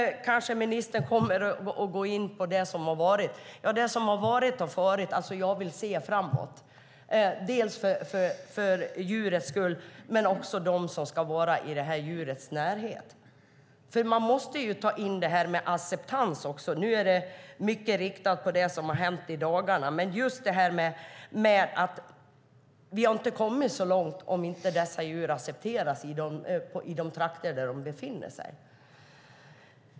Ministern kanske kommer att gå in på det som har varit. Det som har varit har farit, och jag vill se framåt, både för djurens skull och för dem som ska vara i djurens närhet. Man måste ta in acceptans också. Nu handlar mycket om det som har hänt i dagarna, men vi har inte kommit särskilt långt om dessa djur inte accepteras i de trakter där de befinner sig.